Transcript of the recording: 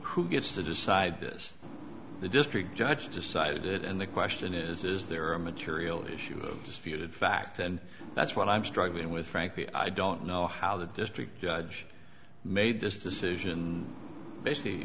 who gets to decide this the district judge decided it and the question is is there a material issue disputed fact and that's what i'm struggling with frankly i don't know how the district judge made this decision and basically